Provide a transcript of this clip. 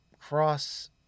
cross